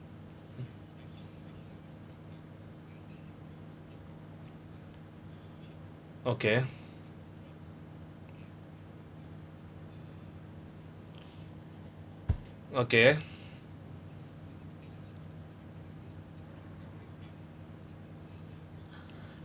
okay okay